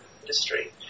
industry